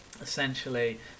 essentially